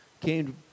came